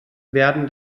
werden